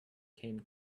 came